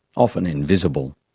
often invisible.